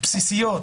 בסיסיות